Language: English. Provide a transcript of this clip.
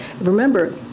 Remember